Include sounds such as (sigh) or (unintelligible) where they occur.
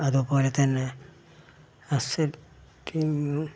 അതു പോലെ തന്നെ (unintelligible)